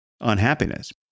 unhappiness